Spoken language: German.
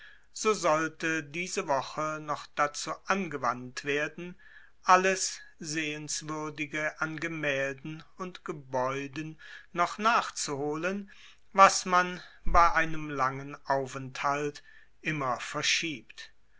so sollte diese woche noch dazu angewandt werden alles sehenswürdige an gemälden und gebäuden noch nachzuholen was man bei einem langen aufenthalt immer verschiebt